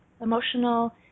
emotional